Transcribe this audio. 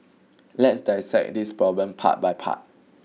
let's dissect this problem part by part